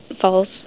falls